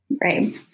Right